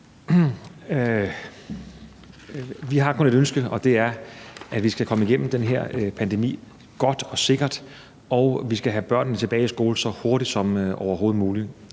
Vi har kun ét ønske, og det er, at vi skal komme igennem den her pandemi godt og sikkert, og vi skal have børnene tilbage i skole så hurtigt som overhovedet muligt.